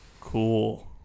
Cool